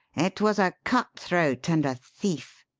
it was a cut-throat and a thief!